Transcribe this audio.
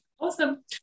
awesome